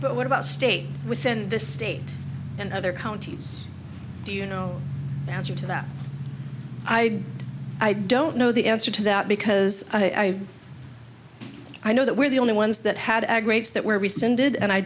but what about state within the state and other counties do you know the answer to that i i don't know the answer to that because i i know that we're the only ones that had ag rates that were rescinded and i